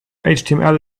html